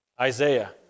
Isaiah